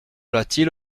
latil